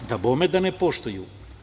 Dabome da ne poštuju.